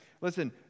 listen